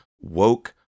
woke